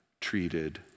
treated